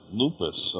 lupus